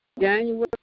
January